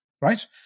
right